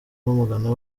bamugana